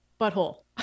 Butthole